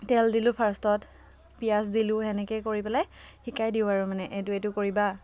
তেল দিলোঁ ফাৰ্ষ্টত পিয়াজ দিলোঁ সেনেকৈ কৰি পেলাই শিকাই দিওঁ আৰু মানে এইটো এইটো কৰিবা